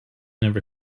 never